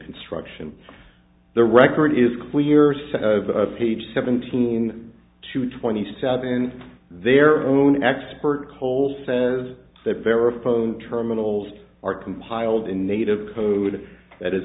construction the record is clear set of page seventeen to twenty seven and their own expert cole says that vera phone terminals are compiled in native code that is